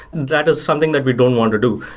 that is something that we don't want to do.